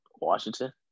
Washington